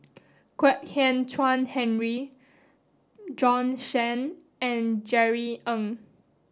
Kwek Hian Chuan Henry Shen and Jerry Ng